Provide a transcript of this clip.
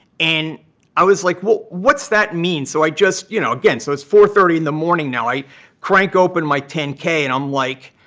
and i was like, well, what's that mean? so i just you know, again, so it's four thirty in the morning now. i crank open my ten k and i'm like,